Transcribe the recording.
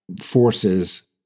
forces